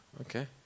okay